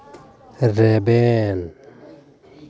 ᱨᱮᱵᱮᱱ